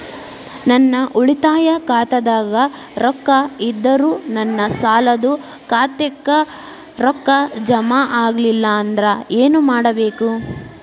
ನನ್ನ ಉಳಿತಾಯ ಖಾತಾದಾಗ ರೊಕ್ಕ ಇದ್ದರೂ ನನ್ನ ಸಾಲದು ಖಾತೆಕ್ಕ ರೊಕ್ಕ ಜಮ ಆಗ್ಲಿಲ್ಲ ಅಂದ್ರ ಏನು ಮಾಡಬೇಕು?